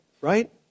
right